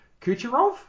Kucherov